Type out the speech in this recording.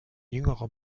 jüngerer